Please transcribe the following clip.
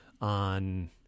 on